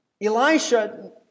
Elisha